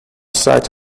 site